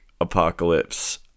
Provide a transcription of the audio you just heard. Apocalypse